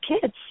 kids